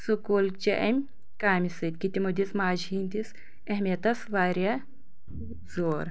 سکوٗلچہِ اَمہِ کامہِ سۭتۍ کہِ تِمَو دِژ ماجہِ ہٕنٛدِس اہمِیتَس واریاہ زور